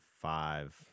five